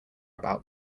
about